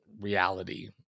reality